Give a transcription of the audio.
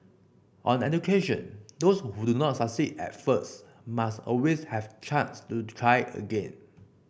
on education those who do not succeed at first must always have chance to try again